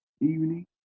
evening